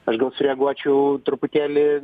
aš gal sureaguočiau truputėlį